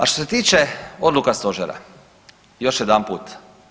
A što se tiče odluka stožera, još jedanput.